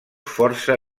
força